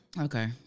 okay